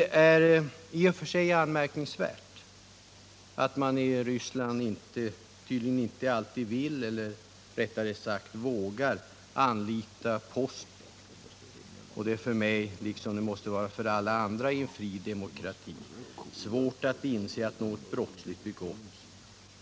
Det är i och för sig anmärkningsvärt att man i Ryssland tydligen inte alltid vill eller, rättare sagt, vågar anlita posten. Det är dessutom för mig, liksom det måste vara för alla andra i en fri demokrati, svårt att inse att något brottsligt begåtts,